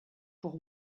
pour